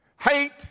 Hate